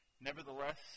Nevertheless